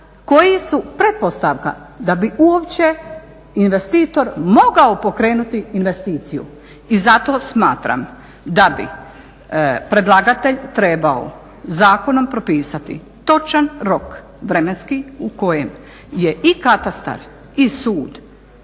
koji su pretpostavka da bi uopće investitor mogao pokrenuti investiciju i zato smatram da bi predlagatelj trebao zakonom propisati točan rok vremenski u kojem je i katastar i sud